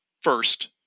First